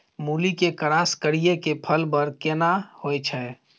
मूली के क्रॉस करिये के फल बर केना होय छै?